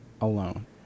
alone